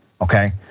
okay